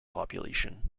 population